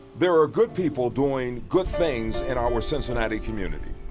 there are good people doing good things in our cincinnati community.